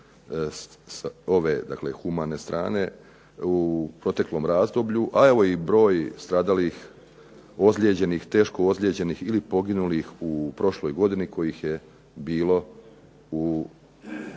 mina, ove humane strane u proteklom razdoblju, a evo i broj stradalih, ozlijeđenih, teško ozlijeđenih ili poginulih u prošloj godini kojih je bilo